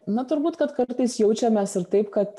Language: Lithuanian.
na turbūt kad kartais jaučiamės ir taip kad